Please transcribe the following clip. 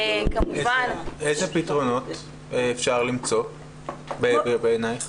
איזה פתרונות אפשר למצוא, לדעתך?